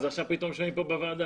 אז עכשיו פתאום משנים פה בוועדה.